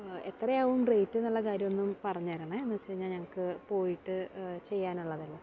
എത്രയാവും റേറ്റ് എന്നുള്ള കാര്യം ഒന്നും പറഞ്ഞുതരണേ എന്ന് വെച്ച് കഴിഞ്ഞാൽ ഞങ്ങൾക്ക് പോയിട്ട് ചെയ്യാനുള്ളതല്ലേ